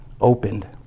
opened